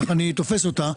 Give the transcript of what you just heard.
כך אני תופס אותה,